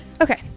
Okay